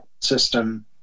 system